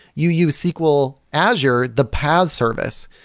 you use sql azure, the paas service.